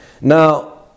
Now